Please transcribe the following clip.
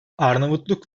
arnavutluk